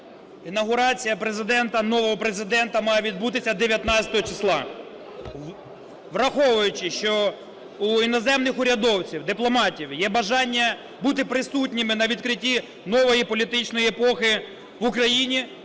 Президента, нового Президента має відбутися 19 числа. Враховуючи, що у іноземних урядовців, дипломатів є бажання бути присутніми на відкриті нової політичної епохи в Україні,